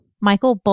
Michael